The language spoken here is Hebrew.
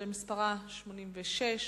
שמספרה 86,